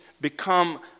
become